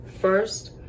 First